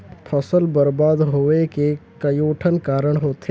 फसल बरबाद होवे के कयोठन कारण होथे